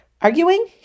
Arguing